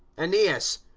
aeneas,